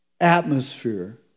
atmosphere